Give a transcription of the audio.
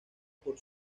por